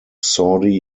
saudi